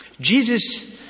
Jesus